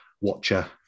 watcher